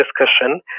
discussion